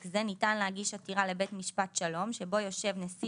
זה ניתן להגיש עתירה לבית משפט שלום שבו יושב נשיא